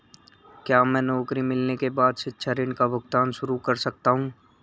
क्या मैं नौकरी मिलने के बाद शिक्षा ऋण का भुगतान शुरू कर सकता हूँ?